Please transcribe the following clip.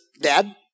Dad